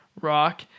rock